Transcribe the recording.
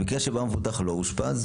במקרה שבו המבוטח לא אושפז,